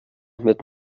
mit